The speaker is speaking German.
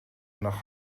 nach